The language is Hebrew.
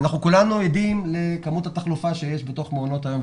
כולנו עדים לכמות התחלופה שיש בתוך מעונות היום.